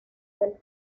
del